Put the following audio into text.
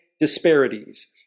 Disparities